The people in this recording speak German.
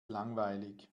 langweilig